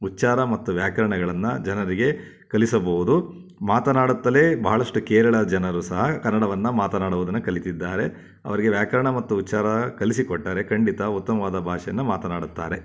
ಉಚ್ಚಾರ ಮತ್ತು ವ್ಯಾಕರಣಗಳನ್ನ ಜನರಿಗೆ ಕಲಿಸಬಹುದು ಮಾತನಾಡುತ್ತಲೇ ಭಾಳಷ್ಟು ಕೇರಳ ಜನರು ಸಹ ಕನ್ನಡವನ್ನು ಮಾತನಾಡುವುದನ್ನು ಕಲಿತಿದ್ದಾರೆ ಅವ್ರಿಗೆ ವ್ಯಾಕರಣ ಮತ್ತು ಉಚ್ಚಾರ ಕಲಿಸಿಕೊಟ್ಟರೆ ಖಂಡಿತ ಉತ್ತಮವಾದ ಭಾಷೆಯನ್ನು ಮಾತನಾಡುತ್ತಾರೆ